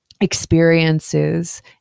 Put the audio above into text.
experiences